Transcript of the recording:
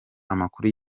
amakuru